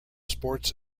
sports